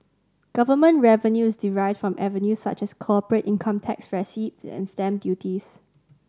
government revenue is derived from avenues such as corporate income tax receipts and stamp duties